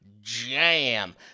Jam